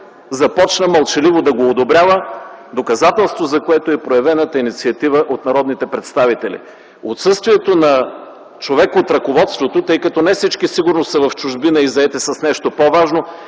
започна мълчаливо да го одобрява – доказателство, за което е проявената инициатива от народните представители. Отсъствието на човек от ръководството, тъй като не всички сигурно са в чужбина или заети с нещо по-важно,